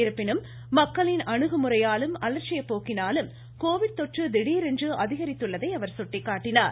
இருப்பினும் மக்களின் அணுகுமுறையாலும் அலட்சியபோக்கினாலும் கோவிட் தொற்று திடீரென்று அதிகரித்துள்ளதை அவர் சுட்டிக்காட்டினார்